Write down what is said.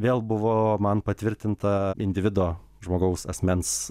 vėl buvo man patvirtinta individo žmogaus asmens